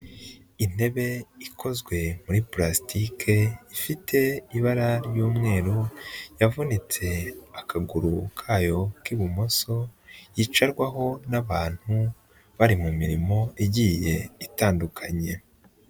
Intebe ikozwe muri pulasitike ifite ibara ry'umweru, yavunitse akaguru kayo k'ibumoso, yicarwaho n'abantu bari mu mirimo igiye itandukanye.